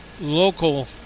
local